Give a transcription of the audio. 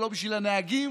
ולא בשביל הנהגים,